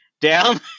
down